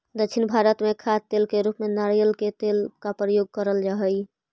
दक्षिण भारत में खाद्य तेल के रूप में नारियल के तेल का प्रयोग करल जा हई